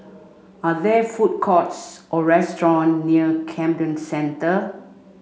are there food courts or restaurant near Camden Centre